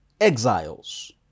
exiles